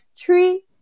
three